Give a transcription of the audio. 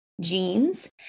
genes